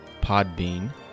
Podbean